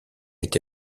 été